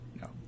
No